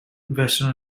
western